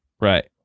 Right